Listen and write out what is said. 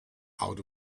out